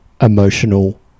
emotional